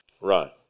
right